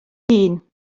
hun